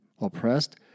oppressed